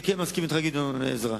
גדעון עזרא,